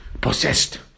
possessed